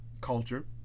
culture